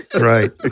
Right